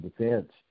defense